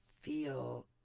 feel